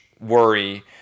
worry